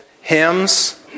hymns